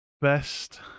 best